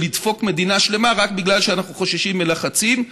של לדפוק מדינה שלמה רק בגלל שאנחנו חוששים מלחצים.